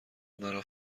مرا